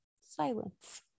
silence